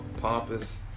pompous